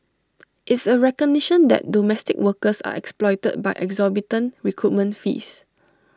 it's A recognition that domestic workers are exploited by exorbitant recruitment fees